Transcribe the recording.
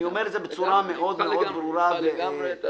אני אומר את זה בצורה מאוד מאוד ברורה והחלטית.